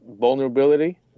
vulnerability